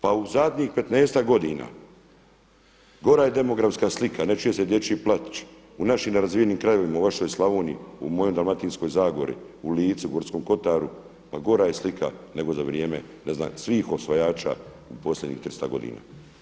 Pa u zadnjih petnaestak godina gora je demografska slika, ne čuje se dječji plač u našim nerazvijenim krajevima, u vašoj Slavoniji, u mojoj Dalmatinskoj Zagori, u Lici, u Gorskom kotaru, pa gora je slika nego za vrijeme svih osvajača u posljednjih 300 godina.